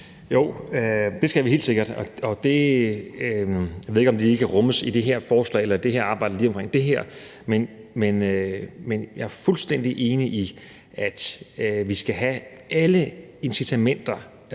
Ja, det skal vi helt sikkert. Jeg ved ikke lige, om det kan rummes i det her forslag og lige præcis i det her arbejde, men jeg er fuldstændig enig i, at alle incitamenter